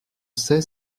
sait